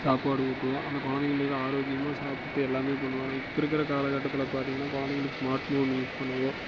சாப்பாடு ஊட்டுவோம் அந்த கொழந்தைகளுக்கு ஆரோக்கியமாக சாப்பிட்டு எல்லாமே பண்ணுவோம் ஆனால் இப்போது இருக்கிற கால கட்டத்தில் பார்த்தீங்கன்னா கொழந்தைங்களுக்கு ஸ்மார்ட் ஃபோன் யூஸ் பண்ணவோ